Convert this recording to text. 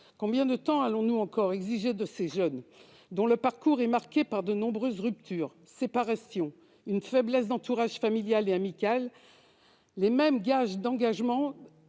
Combien de temps allons-nous encore exiger de ces jeunes, dont le parcours est marqué par de nombreuses ruptures, séparations, une faiblesse d'entourage familial et amical, les mêmes gages dans